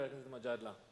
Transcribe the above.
חבר הכנסת מג'אדלה.